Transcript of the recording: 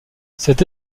cette